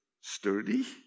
sturdy